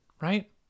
right